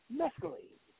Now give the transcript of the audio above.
mescaline